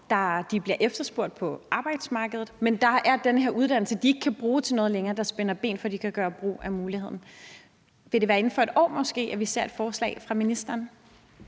som bliver efterspurgt på arbejdsmarkedet, men at der er den her uddannelse, de ikke kan bruge til noget længere, der spænder ben for, at de kan gøre brug af muligheden. Vil det måske være inden for et år, at vi ser et forslag fra ministeren?